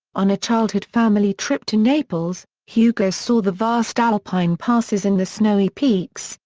on a childhood family trip to naples, hugo saw the vast alpine passes and the snowy peaks,